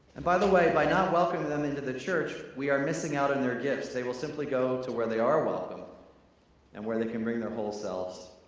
and by the way, by not welcoming them into the church, we are missing out on their gifts. they will simply go to where they are welcome and where they can bring their whole selves.